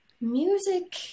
music